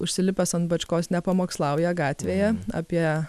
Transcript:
užsilipęs ant bačkos nepamokslauja gatvėje apie